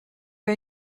pas